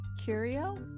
Curio